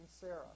Sarah